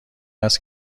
است